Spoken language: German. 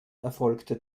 erfolgte